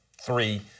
three